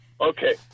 Okay